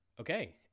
Okay